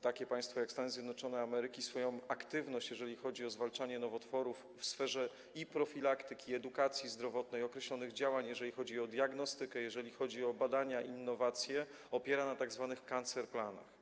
takie państwo jak Stany Zjednoczone Ameryki swoją aktywność, jeśli chodzi o zwalczanie nowotworów w sferze i profilaktyki, i edukacji zdrowotnej, i określonych działań, jeżeli chodzi o diagnostykę, jeżeli chodzi o badania i innowacje, opiera na tzw. cancer planach.